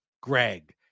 greg